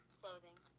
clothing